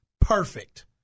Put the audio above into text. perfect